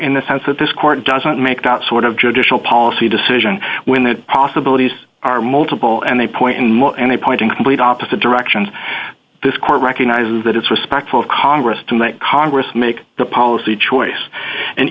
in the sense that this court doesn't make that sort of judicial policy decision when the possibilities are multiple and they point in more any point in complete opposite directions this court recognize that it's respectful of congress to let congress make the policy choice and